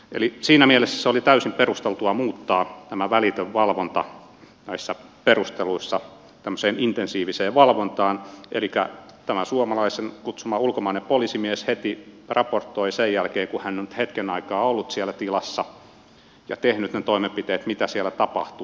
eli siinä mielessä oli täysin perusteltua muuttaa tämä välitön valvonta näissä perusteluissa tämmöiseksi intensiiviseksi valvonnaksi elikkä tämän suomalaisen kutsuma ulkomainen poliisimies heti sen jälkeen kun hän on hetken aikaa ollut siellä tilassa ja tehnyt ne toimenpiteet raportoi mitä siellä tapahtui